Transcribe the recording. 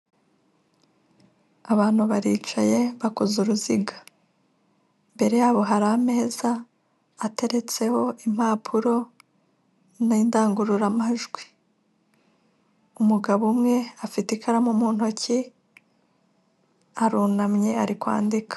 Abantu baricaye bakoze uruziga, imbere yabo hari ameza ateretseho impapuro n'indangururamajwi. Umugabo umwe afite ikaramu mu ntoki, arunamye ari kwandika.